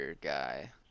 guy